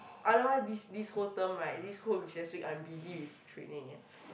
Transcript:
otherwise this this whole term right this whole recess week I'm busy with training eh